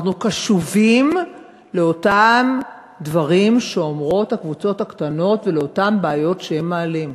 אנחנו קשובים לדברים שאומרות הקבוצות הקטנות ולבעיות שהן מעלות.